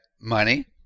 money